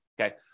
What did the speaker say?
okay